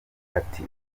ati